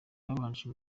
babanje